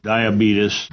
Diabetes